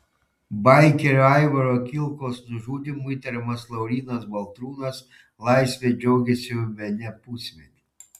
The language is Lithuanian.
baikerio aivaro kilkaus nužudymu įtariamas laurynas baltrūnas laisve džiaugiasi jau bene pusmetį